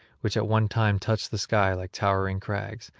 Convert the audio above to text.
which at one time touched the sky like towering crags,